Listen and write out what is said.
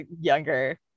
younger